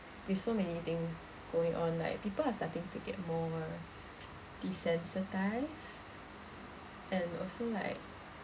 with so many things going on like people are starting to get more desensitised and also like